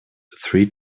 three